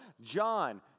John